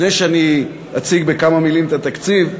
לפני שאני אציג בכמה מילים את התקציב,